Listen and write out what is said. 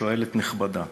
שואלת נכבדה,